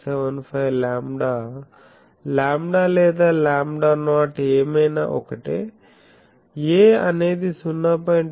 75 lambda lambda లేదా lambda not ఏమైనా ఒకటే a అనేది 0